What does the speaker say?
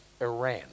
Iran